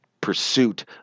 pursuit